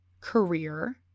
career